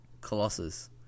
colossus